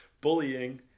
bullying